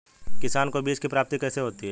किसानों को बीज की प्राप्ति कैसे होती है?